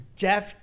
Jeff